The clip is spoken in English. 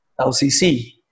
LCC